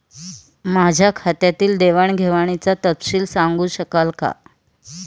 माझ्या खात्यातील देवाणघेवाणीचा तपशील सांगू शकाल काय?